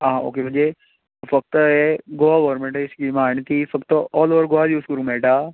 आं ओके म्हणजे फक्त हे गोवा गोव्हर्मेंटाची स्कीम आहा आनी ती फक्त ओल ओवर गोवा यूज करपाक मेळटा